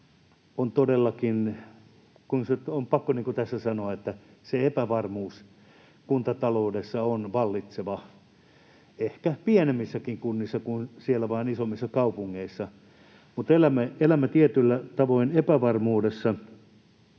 pakko tässä sanoa, että epävarmuus on kuntataloudessa vallitseva, ehkä pienemmissäkin kunnissa kuin siellä isommissa kaupungeissa. Elämme tietyllä tavoin epävarmuudessa.